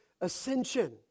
ascension